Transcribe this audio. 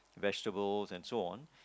vegetables and so on